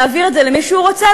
להעביר את זה למי שהוא רוצה,